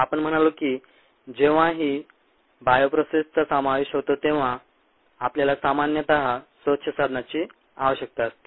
आपण म्हणालो की जेव्हाही बायोप्रोसेसचा समावेश होतो तेव्हा आपल्याला सामान्यतः स्वच्छ साधनाची आवश्यकता असते